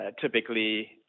typically